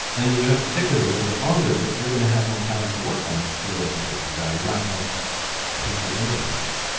and that you have to stick with it a little bit longer but you're gonna have more time to work on the relationship with your daughter you're not going to potentially alienate her.